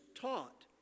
taught